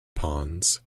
pawns